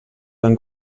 van